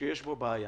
שיש בו בעיה.